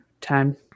time